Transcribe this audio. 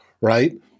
right